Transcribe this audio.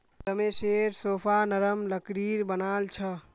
रमेशेर सोफा नरम लकड़ीर बनाल छ